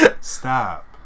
Stop